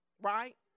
right